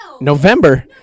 November